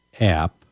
app